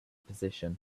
position